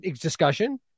discussion